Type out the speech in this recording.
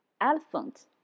Elephant